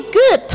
good